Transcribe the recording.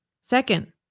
Second